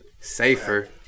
safer